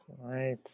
Right